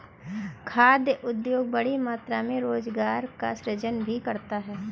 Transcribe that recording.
खाद्य उद्योग बड़ी मात्रा में रोजगार का सृजन भी करता है